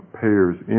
payers